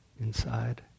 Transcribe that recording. inside